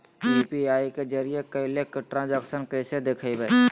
UPI के जरिए कैल ट्रांजेक्शन कैसे देखबै?